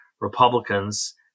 Republicans